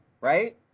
right